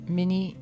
Mini